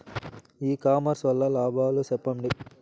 ఇ commerce వల్ల లాభాలు సెప్పండి?